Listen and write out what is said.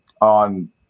on –